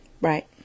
Right